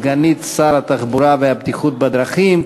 סגנית שר התחבורה והבטיחות בדרכים,